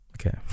okay